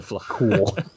cool